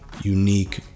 unique